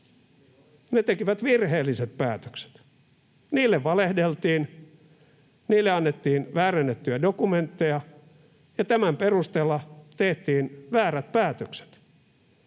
Ne tekivät virheelliset päätökset. Niille valehdeltiin, niille annettiin väärennettyjä dokumentteja, ja tämän perusteella tehtiin väärät päätökset.